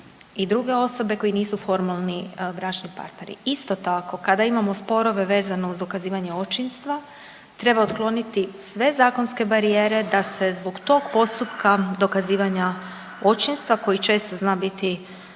i druge osobe koje nisu formalni bračni partneri. Isto tako kada imamo sporove vezano uz dokazivanje očinstva treba otkloniti sve zakonske barijere da se zbog tog postupka dokazivanja očinstva koji često zna biti